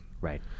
Right